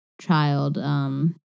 child